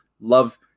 love